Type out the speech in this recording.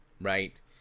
Right